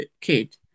kid